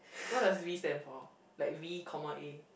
what does V stand for like V comma A